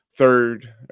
third